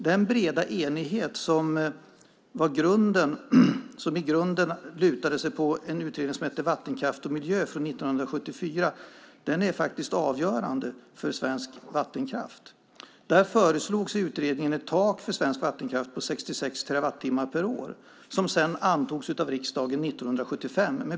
Den breda enigheten lutade sig i grunden på en utredning som hette Vattenkraft och miljö från 1974 och som faktiskt är avgörande för svensk vattenkraft. I utredningen föreslogs ett tak för svensk vattenkraft på 66 terawatttimmar per år. Det antogs med bred majoritet av riksdagen 1975.